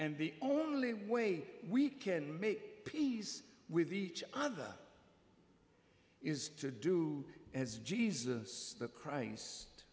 and the only way we can make peace with each other is to do as jesus christ